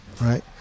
right